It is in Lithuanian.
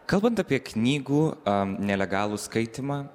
kalbant apie knygų nelegalų skaitymą